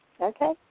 Okay